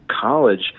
college